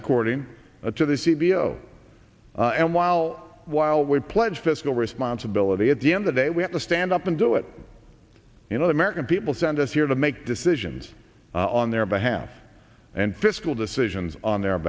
according to they see below and while while we pledge fiscal responsibility at the end the day we have to stand up and do it you know the american people sent us here to make decisions on their behalf and fiscal decisions on their